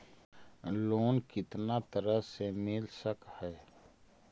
Loan कितना तरह से मिल सक है?